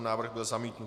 Návrh byl zamítnut.